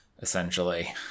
essentially